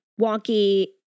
wonky